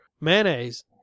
mayonnaise